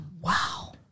Wow